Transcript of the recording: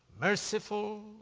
Merciful